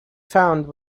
found